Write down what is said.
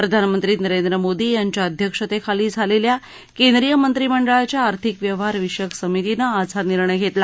प्रधानमंत्री नरेंद्र मोदी यांच्या अध्यक्षतेखाली झालेल्या केंद्रीय मंत्रिमंडळाच्या आर्थिक व्यवहार विषयक समितीनं आज हा निर्णय घेतला